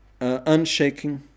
unshaking